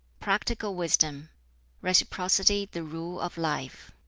practical wisdom reciprocity the rule of life